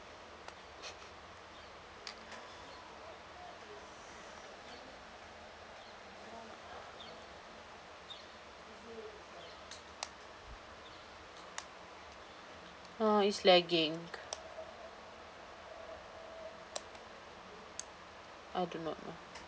uh it's lagging I do not know